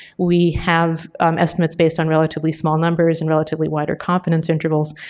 we have estimates based on relatively small numbers and relatively wider confidence intervals.